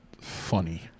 funny